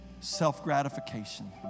self-gratification